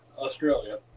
Australia